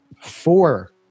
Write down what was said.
four